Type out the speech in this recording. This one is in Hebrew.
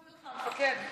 המפקד.